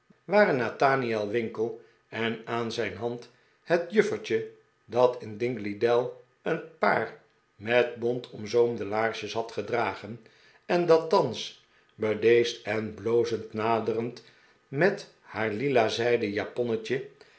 waren nathaniel winkle en aan zijn hand het juffertje dat in dingleydell een paar met bont omzoomde laarsjes had gedragen en dat thans bedeesd en blozend naderend met haar lila zijden japonnetje